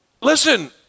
Listen